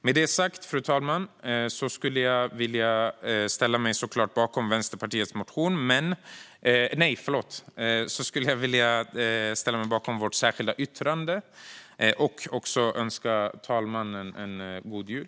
Med detta sagt, fru talman, vill jag ställa mig bakom Vänsterpartiets särskilda yttrande. Jag vill också önska fru talmannen en god jul!